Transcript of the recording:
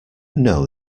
know